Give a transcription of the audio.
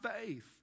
faith